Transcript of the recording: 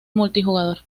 multijugador